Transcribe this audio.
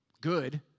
good